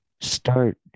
start